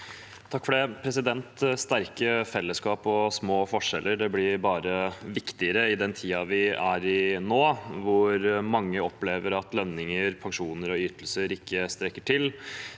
Øvstegård (SV) Sterke fellesskap og små forskjeller blir bare viktigere i den tiden vi er i nå, hvor mange opplever at lønninger, pensjoner og ytelser ikke strekker til.